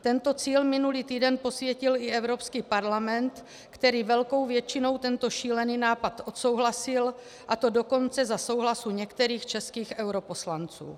Tento cíl minulý týden posvětil i Evropský parlament, který velkou většinou tento šílený nápad odsouhlasil, a to dokonce za souhlasu některých českých europoslanců.